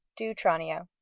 do tranio.